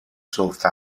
south